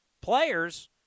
players